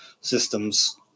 systems